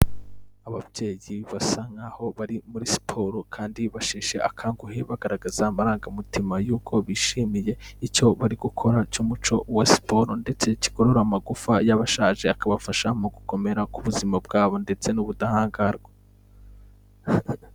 Ababyeyi basa nkaho bari muri siporo kandi basheshe akanguhe bagaragaza amarangamutima yuko bishimiye icyo bari gukora cy'umuco wa siporo, ndetse kigorora amagufa y'abashaje akabafasha mu gukomera ku buzima bwabo ndetse n'ubudahangarwa..